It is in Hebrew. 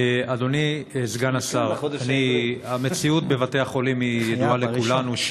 אדוני סגן השר, המציאות בבתי החולים ידועה לכולנו.